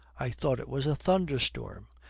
i thought it was a thunderstorm,